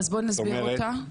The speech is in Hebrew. אז בוא נסביר אותה.